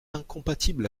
incompatible